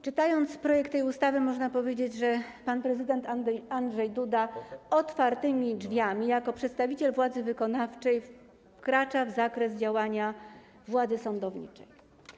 Czytając projekt tej ustawy, można powiedzieć, że pan prezydent Andrzej Duda otwartymi drzwiami jako przedstawiciel władzy wykonawczej wkracza w zakres działania władzy sądowniczej.